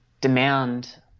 demand